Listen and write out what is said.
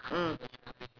mm